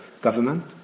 government